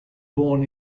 born